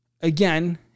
Again